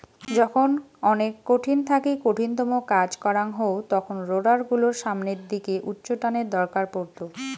যখন অনেক কঠিন থাকি কঠিনতম কাজ করাং হউ তখন রোডার গুলোর সামনের দিকে উচ্চটানের দরকার পড়ত